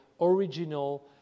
original